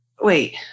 wait